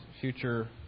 future